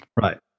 Right